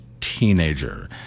teenager